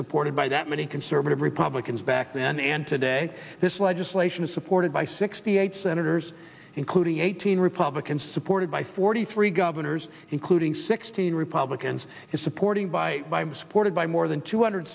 supported by that many conservative republicans back then and today this legislation is supported by sixty eight senators including eighteen republicans supported by forty three governors including sixteen republicans is supporting by supported by more than two hundred